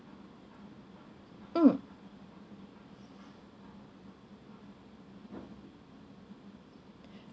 mm